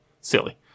silly